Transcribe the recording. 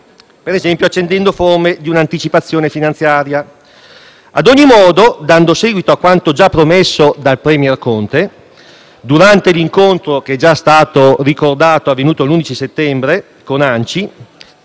per esempio accendendo forme di un'anticipazione finanziaria. Ad ogni modo, dando seguito a quanto già promesso dal *premier* Conte durante l'incontro ricordato, avvenuto l'11 settembre con